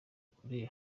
kure